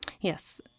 Yes